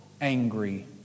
angry